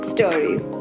Stories